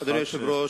אדוני היושב-ראש,